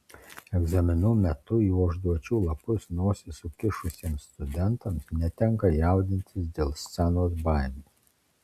egzaminų metu į užduočių lapus nosis sukišusiems studentams netenka jaudintis dėl scenos baimės